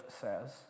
says